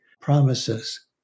promises